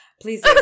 please